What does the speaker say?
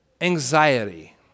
anxiety